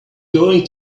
going